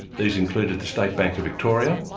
these included the state bank of victoria,